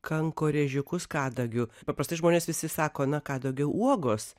kankorėžiukus kadagių paprastai žmonės visi sako na kadagio uogos